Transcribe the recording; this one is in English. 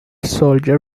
soldier